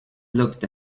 looked